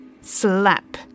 Slap